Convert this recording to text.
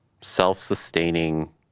self-sustaining